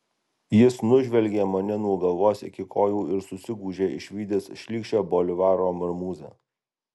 jis nužvelgė mane nuo galvos iki kojų ir susigūžė išvydęs šlykščią bolivaro marmūzę